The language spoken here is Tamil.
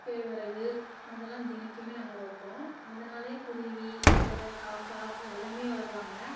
கேழ்வரகு அதெல்லாம் தினக்குமே நாங்கள் வைப்போம் அதனாலே குருவி பறவை காக்கா எல்லாமே வருவாங்கள்